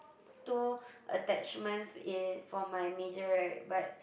two attachments in for my major right but